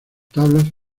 tablas